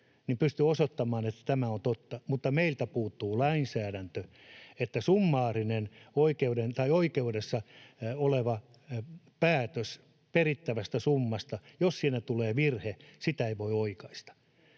pystyi osoittamaan, että tämä on totta, mutta meiltä puuttuu lainsäädäntö: summaarista oikeuden tai oikeudessa olevaa päätöstä perittävästä summasta ei voi oikaista,